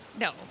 no